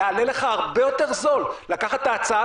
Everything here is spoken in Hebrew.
יעלה לך הרבה יותר זול לקחת את ההצעה